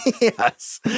Yes